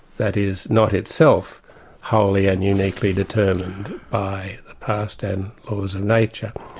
that is, not itself wholly and uniquely determined by ah past and cause of nature.